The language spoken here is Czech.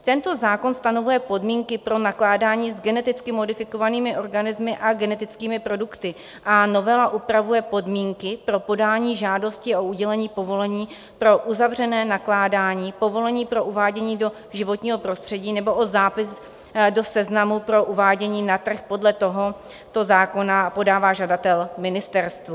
Tento zákon stanovuje podmínky pro nakládání s geneticky modifikovanými organismy a genetickými produkty a novela upravuje podmínky pro podání žádosti o udělení povolení pro uzavřené nakládání, povolení pro uvádění do životního prostředí nebo o zápis do seznamu pro uvádění na trh podle tohoto zákona podává žadatel ministerstvu.